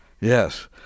Yes